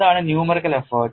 എന്താണ് numerical effort